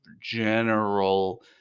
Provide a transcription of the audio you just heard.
general